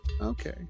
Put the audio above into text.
Okay